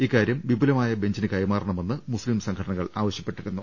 ഇക്കാരൃം വിപുലമായ ബഞ്ചിന് കൈമാറണമെന്ന് മുസ്ലീം സംഘടനകൾ ആവശ്യപ്പെട്ടിരുന്നു